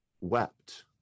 wept